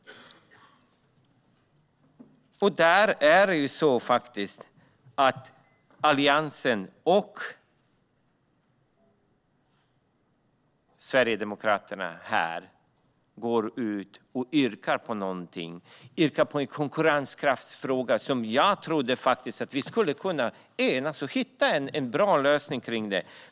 Alliansen och Sverigedemokraterna har ett yrkande i en konkurrenskraftsfråga där jag trodde att vi skulle kunna enas och hitta en bra lösning.